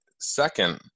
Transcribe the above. Second